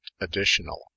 additional